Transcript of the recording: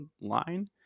line